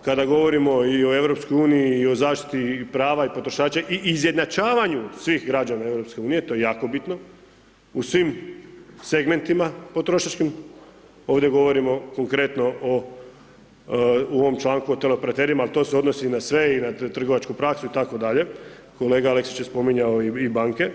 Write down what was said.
i kada govorimo o EU i o zaštiti prava i potrošača i izjednačavanju svih građana EU, to je jako bitno u svim segmentima potrošačkim, ovdje govorimo konkretno u ovom članku o teleoperaterima, ali to se odnosi na sve i na trgovačku praksi itd., kolega Aleksić je spominjao i banke.